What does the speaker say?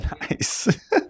Nice